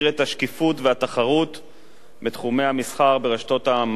מאגר מידע לעניין מחירי מוצרים ברשתות שיווק.